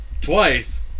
twice